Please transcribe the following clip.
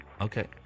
Okay